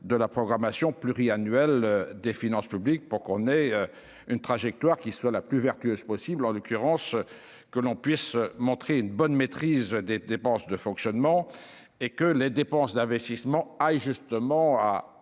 de la programmation pluriannuelle des finances publiques pour qu'on ait une trajectoire qui soit la plus vertueuse possible, en l'occurrence, que l'on puisse montrer une bonne maîtrise des dépenses de fonctionnement et que les dépenses d'investissement justement à